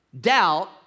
doubt